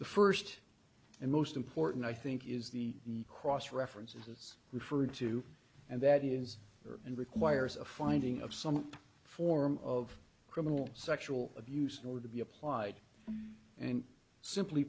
the first and most important i think is the cross reference as it's referred to and that is and requires a finding of some form of criminal sexual abuse in order to be applied and simply